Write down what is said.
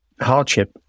hardship